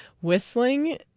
whistling